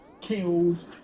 killed